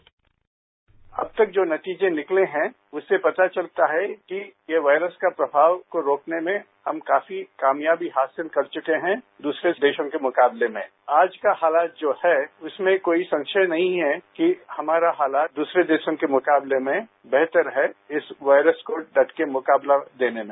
bite अब तक जो नतीजे निकले हैं उससे पता चलता है ये वायरस का प्रभाव रोकने में हम काफी कामयाबी हासिल कर चुके हैं दूसरे स्टेशन के मुकाबले में आज का हालात जो है उसमें कोई संशय नहीं है कि हमारा हालात दूसरे देशों के मुकाबले में बेहतर है इस वायरस को डटकर मुकाबला देने में